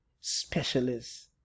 specialist